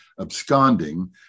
absconding